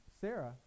Sarah